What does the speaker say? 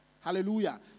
Hallelujah